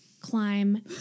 climb